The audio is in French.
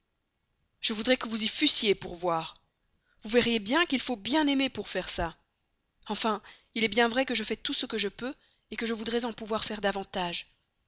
je voudrais que vous y fussiez pour voir vous verriez bien qu'il faut bien aimer pour faire ça enfin il est bien vrai que je fais tout ce que je peux que je voudrais pouvoir en faire davantage